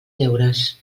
deures